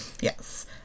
Yes